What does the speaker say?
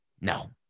No